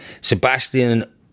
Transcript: Sebastian